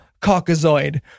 Caucasoid